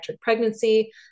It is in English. pregnancy